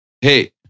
Hey